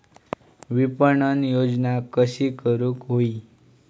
विपणन योजना कशी करुक होई?